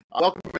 welcome